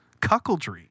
cuckoldry